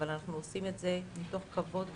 אבל אנחנו עושים את זה מתוך כבוד גדול,